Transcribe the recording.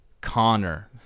Connor